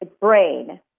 brain